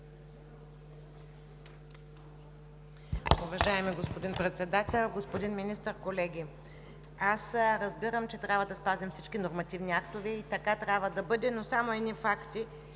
Уважаеми господин Председател, господин Министър, колеги! Разбирам, че трябва да спазим всички нормативни актове и така трябва да бъде, но само едни факти: